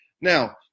Now